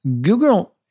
Google